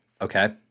okay